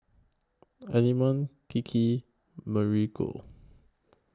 Element Kiki Marigold